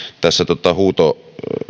tässä